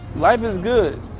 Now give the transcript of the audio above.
life is good.